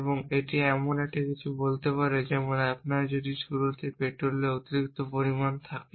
এবং এটি এমন কিছু বলতে পারে যেমন আপনার যদি শুরুতে পেট্রোলের অতিরিক্ত পরিমাণ থাকে